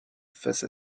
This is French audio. face